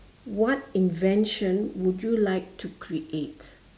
what invention would you like to create